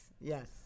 yes